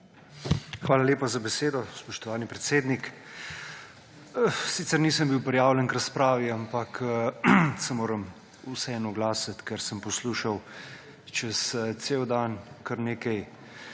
Hvala lepa za besedo, spoštovani predsednik. Sicer nisem bil prijavljen k razpravi, ampak se moram vseeno oglasiti, ker sem poslušal čez cel dan kar nekaj